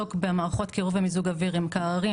שיעסוק במערכות קירור ומיזוג אוויר עם קררים